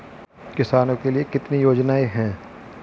किसानों के लिए कितनी योजनाएं हैं?